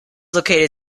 located